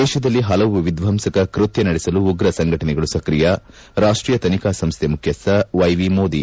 ದೇಶದಲ್ಲಿ ಪಲವು ವಿಧ್ಯಂಸಕ ಕೃತ್ತ ನಡೆಸಲು ಉಗ್ರ ಸಂಘಟನೆಗಳು ಸಕ್ರಿಯ ರಾಷ್ಷೀಯ ತನಿಖಾ ಸಂಸ್ಥೆ ಮುಖ್ಯಸ್ನ ವೈ ಸಿ ಮೋದಿ